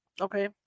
okay